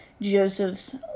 Joseph's